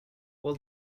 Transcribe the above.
while